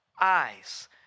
eyes